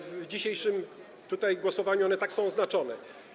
W dzisiejszym głosowaniu one tak są oznaczone.